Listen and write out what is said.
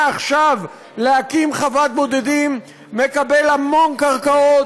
עכשיו להקים חוות בודדים מקבל המון קרקעות,